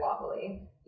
wobbly